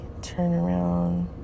turnaround